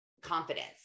confidence